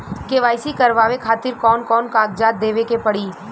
KYC करवावे खातिर कौन कौन कागजात देवे के पड़ी?